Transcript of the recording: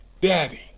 daddy